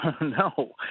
No